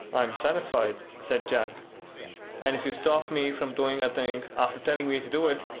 i'm satisfied, said jack and if you stop me from doing a thing after telling me to do it,